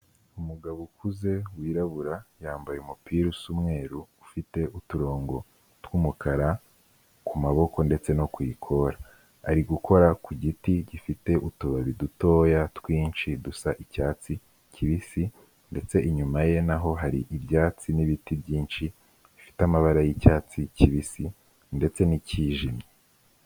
Umugabo ukuze wirabura yambaye umupira usa umweru ufite uturongo tw'umukara ku maboko ndetse no kwikora, ari gukora ku giti gifite utubabi dutoya twinshi dusa icyatsi kibisi ndetse inyuma ye n'aho hari ibyatsi n'ibiti byinshi bifite amabara y'icyatsi kibisi ndetse n'icyijimye.